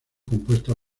compuesta